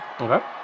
Okay